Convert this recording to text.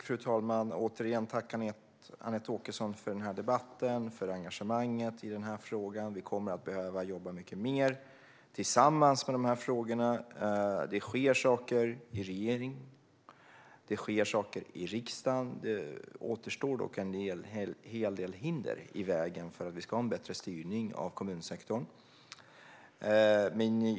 Fru talman! Tack återigen, Anette Åkesson, för debatten och för engagemanget i frågan! Vi kommer att behöva jobba mycket mer tillsammans med de här frågorna. Det sker saker i regeringen. Det sker saker i riksdagen. Det återstår dock en hel del hinder på vägen mot en bättre styrning av kommunsektorn.